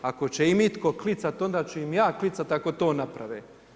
Ako će im itko klicati onda ću im ja klicati ako to naprave.